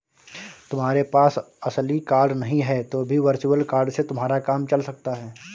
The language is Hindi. तुम्हारे पास असली कार्ड नहीं है तो भी वर्चुअल कार्ड से तुम्हारा काम चल सकता है